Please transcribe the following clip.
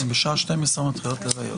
בשעה 12:00 מתחילות לוויות.